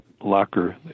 locker